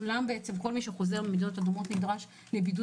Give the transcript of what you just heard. כל מי שחוזר ממדינות אדומות נדרש לבידוד